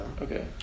okay